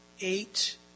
eight